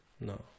No